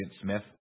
Smith